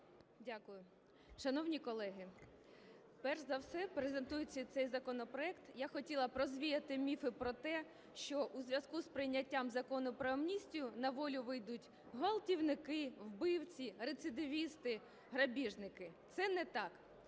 Дякую. Шановні колеги, перш за все, презентуючи цей законопроект, я хотіла б розвіяти міфи про те, що у зв'язку з прийняттям Закону про амністію на волю вийдуть ґвалтівники, вбивці, рецидивісти, грабіжники. Це не так.